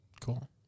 Cool